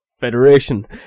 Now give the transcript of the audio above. federation